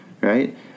Right